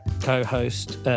co-host